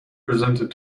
presented